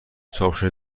چاپشده